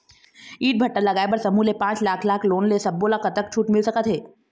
ईंट भट्ठा लगाए बर समूह ले पांच लाख लाख़ लोन ले सब्बो ता कतक छूट मिल सका थे?